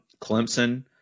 Clemson